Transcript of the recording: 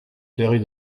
fleurie